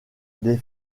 des